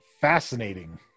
fascinating